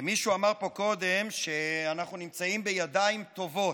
מישהו אמר פה קודם שאנחנו נמצאים בידיים טובות.